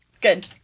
Good